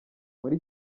muri